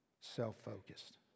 self-focused